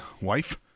wife